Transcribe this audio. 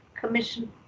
Commission